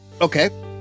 Okay